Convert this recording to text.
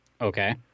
Okay